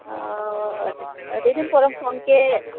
ᱚᱻ ᱟᱹᱰᱤᱫᱤᱱ ᱯᱚᱨᱮᱢ ᱯᱷᱳᱱ ᱠᱮᱫ